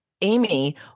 Amy